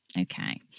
Okay